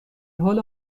حال